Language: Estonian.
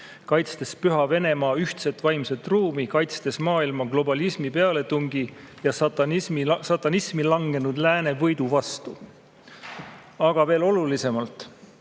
kaitstes püha Venemaa ühtset vaimset ruumi, kaitstes maailma globalismi pealetungi ja satanismi langenud lääne võidu eest. Aga mis veel olulisem: